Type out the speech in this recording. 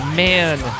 man